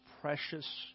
precious